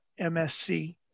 MSc